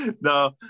No